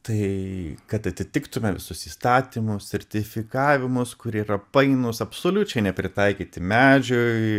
tai kad atitiktume visus įstatymus sertifikavimus kurie yra painus absoliučiai nepritaikyti medžiui